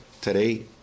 Today